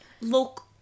Look